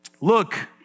look